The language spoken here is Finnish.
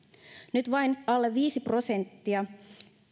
nyt vain alle viisi prosenttia